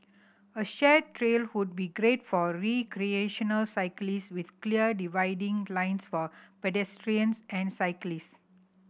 a shared trail would be great for recreational cyclist with clear dividing lines for pedestrians and cyclist